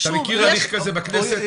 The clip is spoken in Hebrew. אתה מכיר הליך כזה בכנסת?